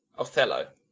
othello